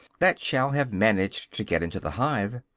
that shall have managed to get into the hive.